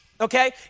Okay